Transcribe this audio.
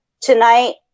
Tonight